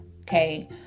okay